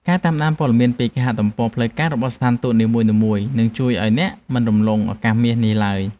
ការតាមដានព័ត៌មានពីគេហទំព័រផ្លូវការរបស់ស្ថានទូតនីមួយៗនឹងជួយឱ្យអ្នកមិនរំលងឱកាសមាសនេះឡើយ។